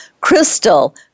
crystal